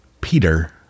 peter